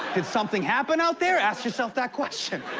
did something happen out there? ask yourself that question.